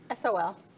Sol